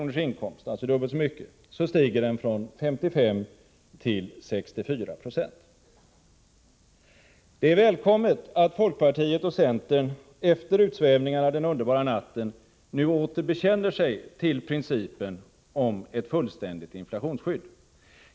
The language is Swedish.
— alltså dubbelt så mycket som den summa jag nyss angav — stiger marginalskatten från 55 till 64 90. Det är välkommet att folkpartiet och centern efter utsvävningarna den underbara natten nu åter bekänner sig till principen om ett fullständigt inflationsskydd.